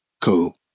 Cool